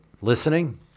listening